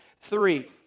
three